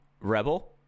Rebel